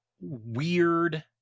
weird